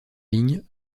lignes